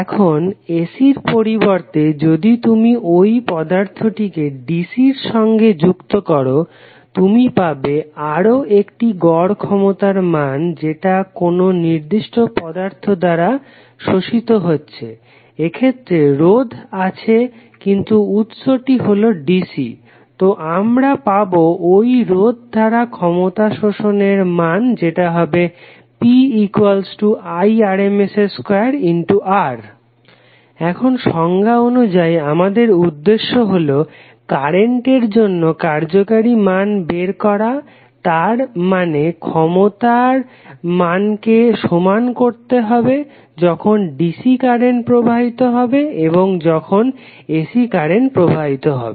এখন AC এর পরিবর্তে যদি তুমি ওই পদার্থটিকে DC এর সঙ্গে যুক্ত করো তুমি পাবে আরও একটি গড় ক্ষমতার মান যেটা কোনো নির্দিষ্ট পদার্থ দ্বারা শোষিত হচ্ছে এক্ষেত্রে রোধ আছে কিন্তু উৎসটি হলো DC তো আমরা পাবো ওই রোধ দ্বারা ক্ষমতা শোষণের মান যেটা হবে PIrms2R এখন সংজ্ঞা অনুযায়ী আমাদের উদ্দেশ্য হলো কারেন্টের জন্য কার্যকারী মান বের করা তার মানে ক্ষমতার মান কে সমান করতে হবে যখন DC কারেন্ট প্রবাহিত হবে এবং যখন AC কারেন্ট প্রবাহিত হবে